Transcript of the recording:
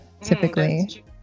typically